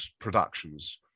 Productions